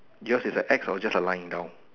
yours is a X or just a lying down